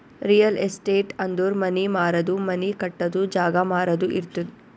real estate ಅಂದುರ್ ಮನಿ ಮಾರದು, ಮನಿ ಕಟ್ಟದು, ಜಾಗ ಮಾರಾದು ಇರ್ತುದ್